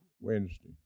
Wednesday